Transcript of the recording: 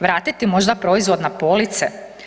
Vratiti možda proizvod na police?